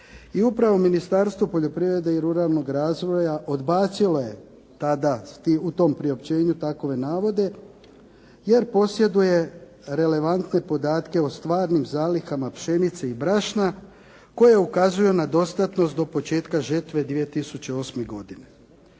I upravo Ministarstvo poljoprivrede i ruralnog razvoja odbacilo je tada u tom priopćenju takove navode, jer posjeduje relevantne podatke o stvarnim zalihama pšenice i brašna koje ukazuje na dostatnost do početka žetve 2008. godine.